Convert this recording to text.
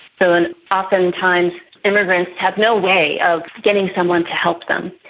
so, and oftentimes immigrants have no way of getting someone to help them.